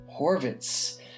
Horvitz